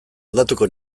aldatuko